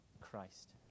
Christ